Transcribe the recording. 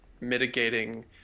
mitigating